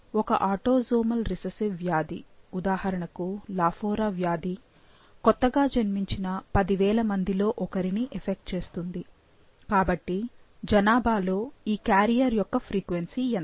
ఒక autosomal recessive వ్యాధి ఉదాహరణకు లాఫోరా వ్యాధి కొత్తగా జన్మించిన 10000 మందిలో ఒకరిని ఎఫెక్ట్ చేస్తుంది కాబట్టి జనాభాలో ఈ క్యారియర్ యొక్క ఫ్రీక్వెన్సీ ఎంత